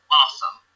awesome